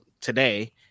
today